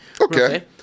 Okay